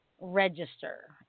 register